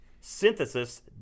synthesis